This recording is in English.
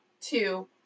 Two